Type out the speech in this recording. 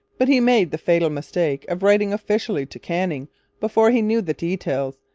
but he made the fatal mistake of writing officially to canning before he knew the details,